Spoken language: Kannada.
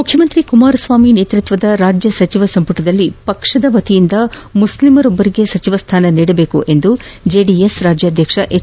ಮುಖ್ಯಮಂತ್ರಿ ಕುಮಾರಸ್ವಾಮಿ ನೇತೃತ್ವದ ರಾಜ್ಯ ಸಚಿವ ಸಂಪುಟದಲ್ಲಿ ಪಕ್ಷದ ವತಿಯಿಂದ ಮುಸ್ಲಿಮರೊಬ್ಬರಿಗೆ ಸಚಿವ ಸ್ಥಾನ ನೀಡಬೇಕೆಂದು ಮಂತ್ರಿ ಮಾಡುವಂತೆ ಚೆಡಿಎಸ್ ರಾಜ್ಯಾಧ್ಯಕ್ಷ ಹೆಚ್